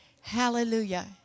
Hallelujah